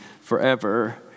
forever